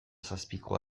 zazpiko